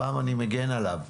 הפעם אני מגן עליו.